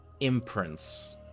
imprints